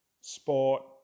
sport